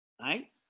right